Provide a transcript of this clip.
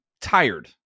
tired